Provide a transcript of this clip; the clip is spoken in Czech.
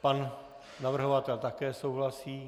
Pan navrhovatel také souhlasí?